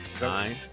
Nine